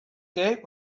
gate